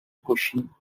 question